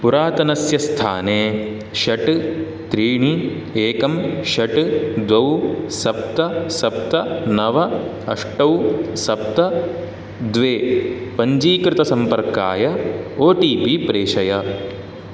पुरातनस्य स्थाने षट् त्रीणि एकं षट् द्वे सप्त सप्त नव अष्ट सप्त द्वे पञ्जीकृतसम्पर्काय ओ टि पि प्रेषय